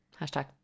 Hashtag